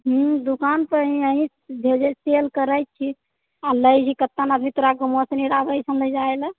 दुकान पर ही इएह भेजै सेल करैत छी आ लए छी कते आदमी तोरा